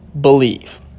believe